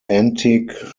antique